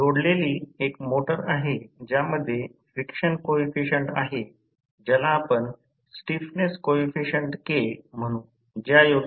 फक्त गोष्ट अशी आहे की जर कमी व्होल्टेज विंडिंग मध्ये विद्युत् प्रवाह दिसत असेल तर ते प्रत्यक्षात 106